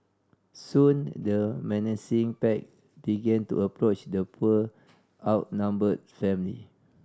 soon the menacing pack began to approach the poor outnumbered family